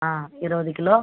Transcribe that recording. ஆ இருபது கிலோ